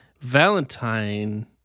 Valentine